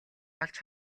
олж